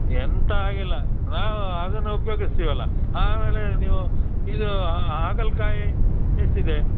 ಎಂತ ಆಗಿಲ್ಲ ಹಾಂ ಅದನ್ನು ಉಪಯೋಗಿಸ್ತೀವಲ್ಲ ಆಮೇಲೆ ನೀವು ಇದು ಹಾಗಲಕಾಯಿ ಎಷ್ಟಿದೆ